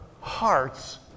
hearts